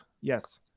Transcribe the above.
Yes